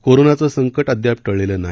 कोरोनाचं संकट अदयाप टळलेलं नाही